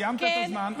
סיימת את הזמן,